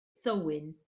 thywyn